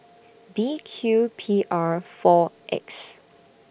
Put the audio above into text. B Q P R four X